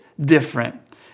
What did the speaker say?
different